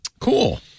Cool